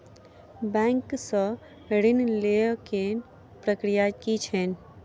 Bank सऽ ऋण लेय केँ प्रक्रिया की छीयै?